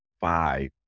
five